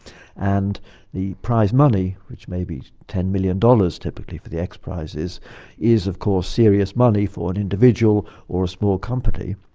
and the prize money, which may be ten million dollars typically for the x-prizes, is of course serious money for an individual or a small company.